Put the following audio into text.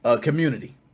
community